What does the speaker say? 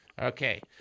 Okay